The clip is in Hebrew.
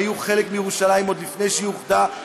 הם היו חלק מירושלים עוד לפני שהיא אוחדה,